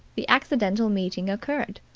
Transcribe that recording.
the accidental meeting occurred.